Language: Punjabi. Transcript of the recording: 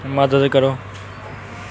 ਮਦਦ ਕਰੋ